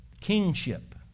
kingship